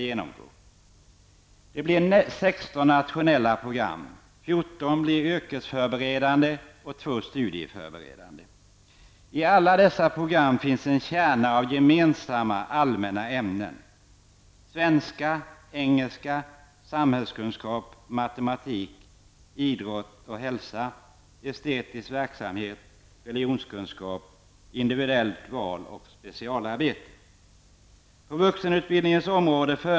Det kommer att bli 16 nationella program. 14 studieförberedande. I alla dessa program finns en kärna av gemensamma, allmänna ämnen: svenska, engelska, samhällskunskap, matematik, idrott och hälsa, estetisk verksamhet, religionskunskap, individuellt val och specialarbete. 1992/93.